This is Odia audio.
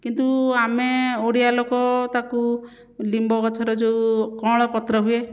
କିନ୍ତୁ ଆମେ ଓଡ଼ିଆଲୋକ ତାକୁ ଲିମ୍ବ ଗଛର ଯେଉଁ କଅଁଳ ପତ୍ର ହୁଏ